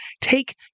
take